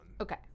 Okay